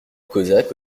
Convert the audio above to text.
cosaque